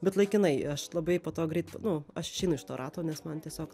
bet laikinai aš labai po to greit nu aš iš to rato nes man tiesiog